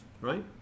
Right